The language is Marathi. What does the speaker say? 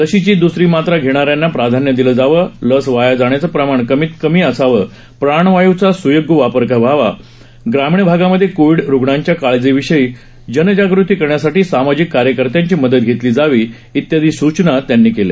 लसीची द्सरी मात्रा घेणाऱ्यांना प्राधान्य दिलं जावं लस वाया जाण्याचं प्रमाण कमीतकमी असावं प्राणवायूचा सुयोग्य वापर व्हावा ग्रामीण भागामध्ये कोविड रुग्णांच्या काळजीविषयी जनजागृती करण्यासाधी सामाजिक कार्यकर्त्यांची मदत घेतली जावी इत्यादी सूचना त्यांनी केल्या